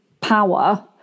power